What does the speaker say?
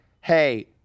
hey